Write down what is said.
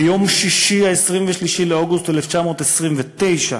ביום שישי, 23 באוגוסט 1929,